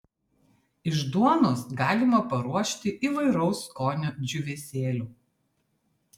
iš duonos galima paruošti įvairaus skonio džiūvėsėlių